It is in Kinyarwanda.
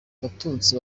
batutsi